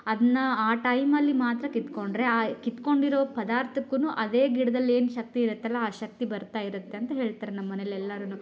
ಅದನ್ನ ಆ ಟೈಮಲ್ಲಿ ಮಾತ್ರ ಕಿತ್ಕೊಂಡ್ರೆ ಆ ಕಿತ್ಕೊಂಡಿರೋ ಪದಾರ್ಥಕ್ಕೂನು ಅದೇ ಗಿಡ್ದಲ್ಲಿ ಏನು ಶಕ್ತಿ ಇರುತ್ತಲ್ಲ ಆ ಶಕ್ತಿ ಬರ್ತಾ ಇರುತ್ತೆ ಅಂತ ಹೇಳ್ತಾರೆ ನಮ್ಮ ಮನೇಲಿ ಎಲ್ಲರೂ